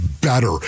better